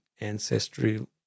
ancestral